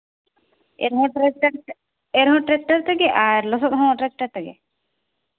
ᱮᱨ ᱦᱚᱸ ᱮᱨ ᱦᱚᱸ ᱴᱮᱠᱴᱟᱨ ᱛᱮᱜᱮ ᱟᱨ ᱞᱚᱥᱚᱫ ᱦᱚᱸ ᱴᱮᱠᱴᱟᱨ ᱛᱮᱜᱮ